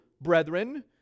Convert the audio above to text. brethren